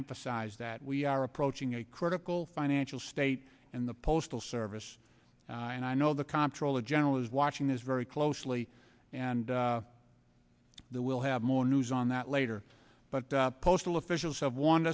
emphasize that we are approaching a critical financial state and the postal service and i know the comptroller general is watching this very closely and the we'll have more news on that later but postal officials have warned